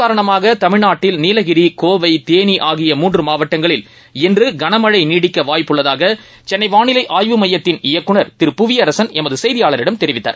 காரணமாகதமிழ்நாட்டில் நீலகிரி கோவை தேனிஆகிய இந்த புயல் இன்றுகனமழநீடிக்கவாய்ப்பு உள்ளதாகசென்னைவாளிலைஆய்வு மையத்தின் இயக்குநர் திரு புவியரசன் எமதுசெய்தியாளரிடம் தெரிவித்தார்